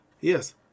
Yes